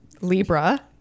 Libra